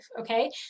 Okay